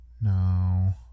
No